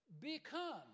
become